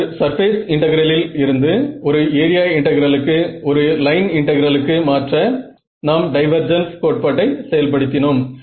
ஒரு சர்பேஸ் இன்டெகிரலிலிருந்து ஒரு ஏரியா இன்டெகிரலுக்கு ஒரு லைன் இன்டெகிரலுக்கு மாற்ற நாம் டைவர்ஜென்ஸ் கோட்பாட்டை செயல்படுத்தினோம்